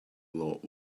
lot